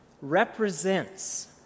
represents